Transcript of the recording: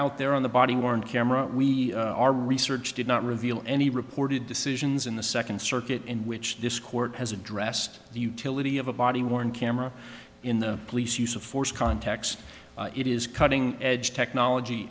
out there on the body worn camera we our research did not reveal any reported decisions in the second circuit in which this court has addressed the utility of a body worn camera in the police use of force contacts it is cutting edge technology